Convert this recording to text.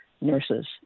nurses